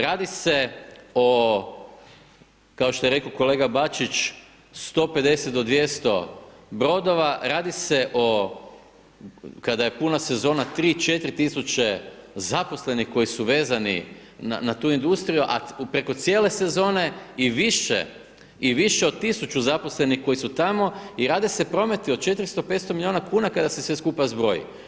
Radi se o, kao što je rekao kolega Bačić, 150-200 brodova, radi se o kada je puna sezona 3-4 tisuće zaposlenih koji su vezani na tu industriju, a preko cijele sezone i više od 100 zaposlenih koji su tamo i radi se prometi od 400-500 milijuna kuna kada se sve skupa zbroji.